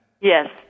Yes